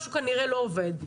משהו כנראה לא עובד.